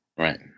Right